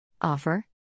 Offer